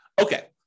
okay